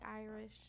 Irish